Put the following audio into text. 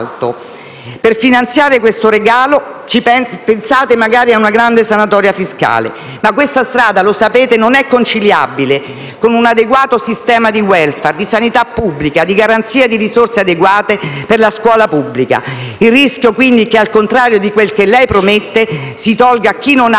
Per finanziare questo regalo, pensate magari a una grande sanatoria fiscale, ma questa strada, lo sapete, non è conciliabile con un adeguato sistema di *welfare*, di sanità pubblica e di garanzia di risorse adeguate per la scuola pubblica. Il rischio quindi è che, al contrario di quel che lei promette, si tolga a chi non ha per dare qualcosa in